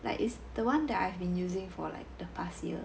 like is the [one] that I've been using for like the past year